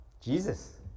Jesus